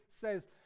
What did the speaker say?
says